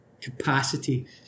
capacity